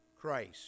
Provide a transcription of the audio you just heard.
Christ